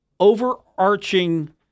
overarching